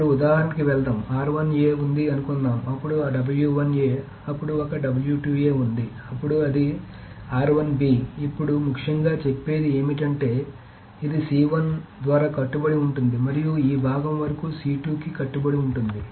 ఇప్పుడు ఉదాహరణకి వెళ్దాం ఉంది అనుకుందాం అప్పుడు అప్పుడు ఒక ఉంది అప్పుడు అది ఇప్పుడు ముఖ్యంగా చెప్పేది ఏమిటంటే ఇది ద్వారా కట్టుబడి ఉంటుంది మరియు ఈ భాగం వరకు కి కట్టుబడి ఉంది